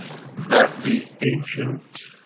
that the ancient,